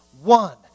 one